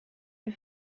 wir